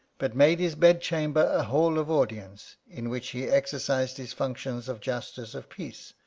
but made his bed-chamber a hall of audience, in which he exercised his functions of justice of peace,